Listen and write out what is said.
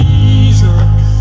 Jesus